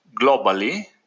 globally